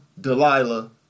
Delilah